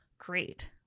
great